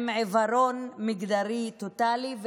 עם עיוורון מגדרי טוטלי.